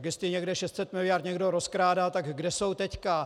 Jestli někde 600 mld. někdo rozkrádal, tak kde jsou teď.